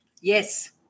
Yes